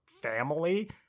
family